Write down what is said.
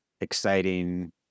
exciting